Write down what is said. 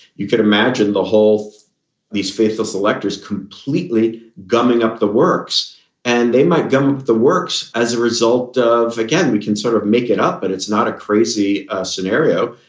you could imagine the whole these faceless electors completely gumming up the works and they might gum the works as a result. ah again, we can sort of make it up, but it's not a crazy scenario.